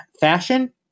fashion